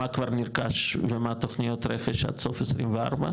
מה כבר נרכש ומה תוכניות רכש עד סוף 24,